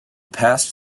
passed